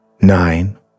nine